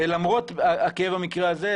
אלא למרות הכאב במקרה הזה,